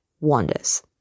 wanders